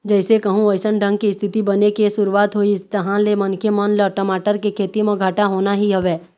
जइसे कहूँ अइसन ढंग के इस्थिति बने के शुरुवात होइस तहाँ ले मनखे मन ल टमाटर के खेती म घाटा होना ही हवय